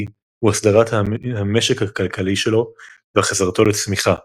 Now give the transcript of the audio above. הוא הסדרת המשק הכלכלי שלו והחזרתו לצמיחה.